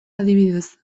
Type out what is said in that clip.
adibidez